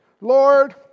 Lord